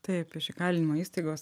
taip iš įkalinimo įstaigos